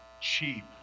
cheap